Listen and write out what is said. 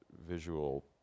visual